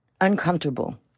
uncomfortable